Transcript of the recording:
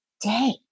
day